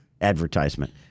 advertisement